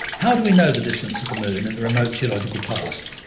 how do we know the distance of the moon in the remote geological past?